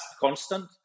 constant